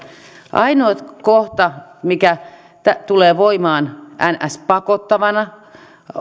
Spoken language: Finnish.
ainoa kohta mikä tulee voimaan niin sanottu pakottavana